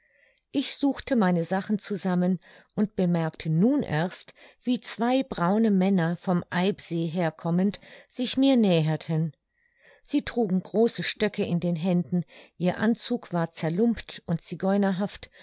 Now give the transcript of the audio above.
ich suchte meine sachen zusammen und bemerkte nun erst wie zwei braune männer vom eibsee herkommend sich mir näherten sie trugen große stöcke in den händen ihr anzug war zerlumpt und